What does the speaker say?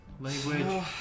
Language